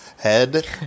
head